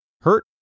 Hurt